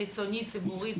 חיצונית או ציבורית,